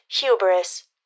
hubris